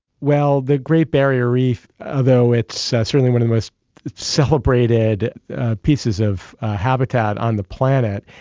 well, the great barrier reef, although it's certainly one of the most celebrated pieces of habitat on the planet,